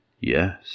Yes